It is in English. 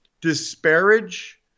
disparage